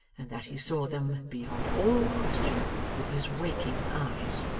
and that he saw them, beyond all question, with his waking eyes.